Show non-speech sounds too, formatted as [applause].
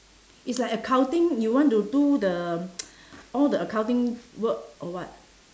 it's like accounting you want to do the [noise] all the accounting work or what